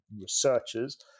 researchers